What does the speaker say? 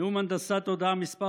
נאום הנדסת תודעה מס'